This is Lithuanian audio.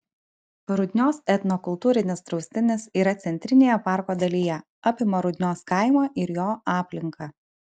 rudnios etnokultūrinis draustinis yra centrinėje parko dalyje apima rudnios kaimą ir jo aplinką